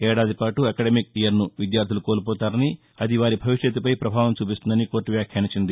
ఏడాదిపాటు academic ఇయర్ను విద్యార్థులు కోల్పోతారని అది వారి భవిష్యత్తుపై ప్రభావం చూపిస్తుందని కోర్టు వ్యాఖ్యానించింది